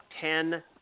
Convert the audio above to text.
ten